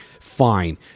Fine